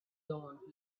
dune